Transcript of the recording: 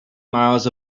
miles